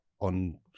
on